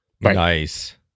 Nice